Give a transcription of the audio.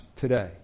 today